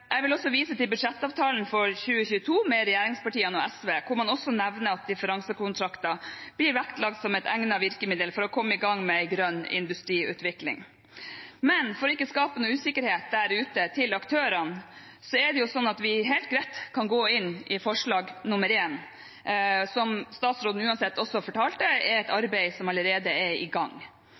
Jeg vil også vise til budsjettavtalen for 2022 med regjeringspartiene og SV, hvor man også nevner at differansekontrakter blir vektlagt som et egnet virkemiddel for å komme i gang med en grønn industriutvikling. Men for ikke å skape usikkerhet der ute hos aktørene, er det sånn at vi helt greit kan gå inn i forslag nr. 1, som uansett er et arbeid som allerede er i gang,